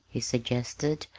he suggested,